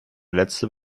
letzte